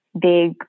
big